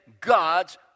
God's